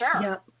sure